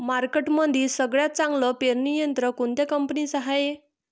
मार्केटमंदी सगळ्यात चांगलं पेरणी यंत्र कोनत्या कंपनीचं हाये?